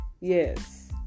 Yes